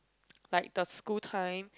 like the school time